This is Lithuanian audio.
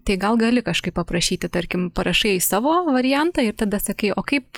tai gal gali kažkaip paprašyti tarkim parašai savo variantą ir tada sakai o kaip